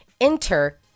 Enter